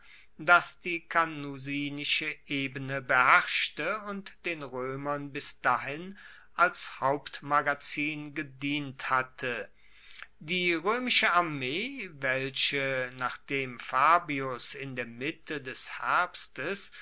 das die canusinische ebene beherrschte und den roemern bis dahin als hauptmagazin gedient hatte die roemische armee welche nachdem fabius in der mitte des herbstes